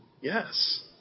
Yes